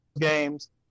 games